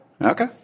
okay